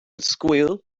squeal